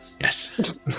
Yes